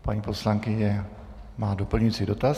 Paní poslankyně má doplňující dotaz.